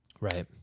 Right